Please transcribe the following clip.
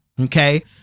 okay